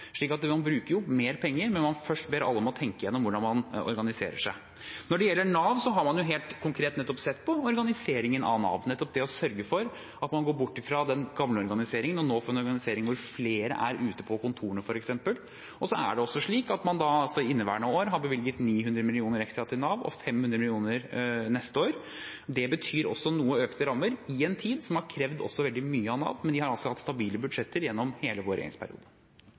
slik at man bruker mer penger, men først ber man alle om å tenke gjennom hvordan man organiserer seg. Når det gjelder Nav, har man helt konkret nettopp sett på organiseringen av Nav, det å sørge for å gå bort ifra den gamle organiseringen og nå få en organisering hvor f.eks. flere er ute på kontorene. I inneværende år har man bevilget 900 mill. kr ekstra til Nav, og 500 mill. kr til neste år. Det betyr noe økte rammer i en tid som har krevd veldig mye av Nav, men de har altså hatt stabile budsjetter gjennom hele vår regjeringsperiode.